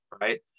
right